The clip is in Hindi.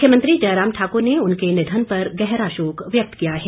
मुख्यमंत्री जयराम ठाकुर ने उनके निधन पर गहरा शोक व्यक्त किया है